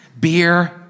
Beer